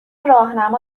راهنما